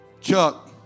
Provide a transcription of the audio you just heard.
Chuck